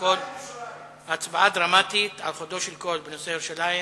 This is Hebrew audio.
בהצבעה דרמטית בנושא ירושלים,